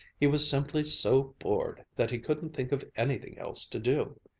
he was simply so bored that he couldn't think of anything else to do.